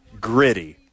Gritty